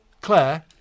Claire